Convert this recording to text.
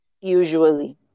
usually